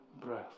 breath